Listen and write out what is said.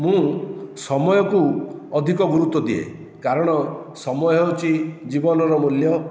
ମୁଁ ସମୟକୁ ଅଧିକ ଗୁରୁତ୍ୱ ଦିଏ କାରଣ ସମୟ ହେଉଛି ଜୀବନର ମୂଲ୍ୟ